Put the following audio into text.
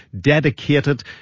dedicated